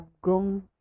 grown